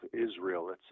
Israel